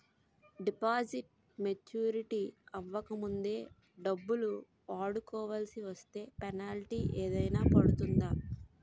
Deposit maturity అవ్వక ముందే డబ్బులు వాడుకొవాల్సి వస్తే పెనాల్టీ ఏదైనా పడుతుందా?